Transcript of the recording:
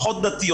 פחות דתי,